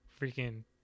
freaking